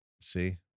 see